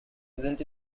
isn’t